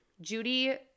Judy